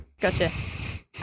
Gotcha